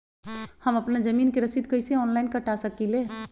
हम अपना जमीन के रसीद कईसे ऑनलाइन कटा सकिले?